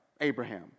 Abraham